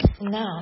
now